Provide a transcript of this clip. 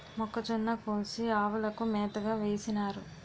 మొక్కజొన్న కోసి ఆవులకు మేతగా వేసినారు